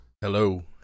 Hello